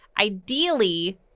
Ideally